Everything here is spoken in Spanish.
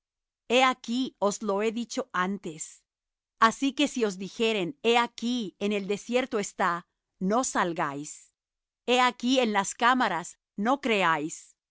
he aquí os lo he dicho antes así que si os dijeren he aquí en el desierto está no salgáis he aquí en las cámaras no creáis